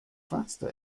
faster